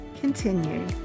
continue